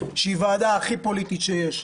שהיא ועדה הכי פוליטית שיש,